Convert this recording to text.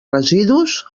residus